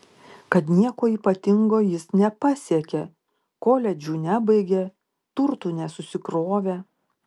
kad nieko ypatingo jis nepasiekė koledžų nebaigė turtų nesusikrovė